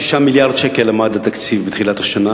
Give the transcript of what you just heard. על 46 מיליארד שקל עמד התקציב בתחילת השנה.